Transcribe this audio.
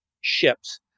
ships